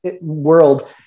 world